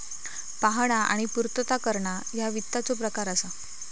पाहणा आणि पूर्तता करणा ह्या वित्ताचो प्रकार असा